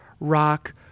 rock